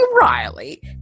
Riley